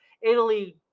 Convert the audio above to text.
italy